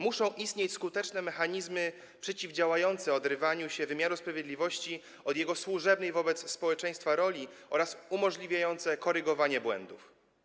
Muszą istnieć skuteczne mechanizmy przeciwdziałające odrywaniu się wymiaru sprawiedliwości od jego służebnej wobec społeczeństwa roli oraz umożliwiające korygowanie błędów.